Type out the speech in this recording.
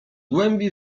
głębi